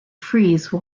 freeze